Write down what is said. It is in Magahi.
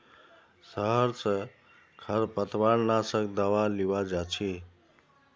शहर स खरपतवार नाशक दावा लीबा जा छि